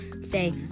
Say